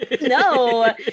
No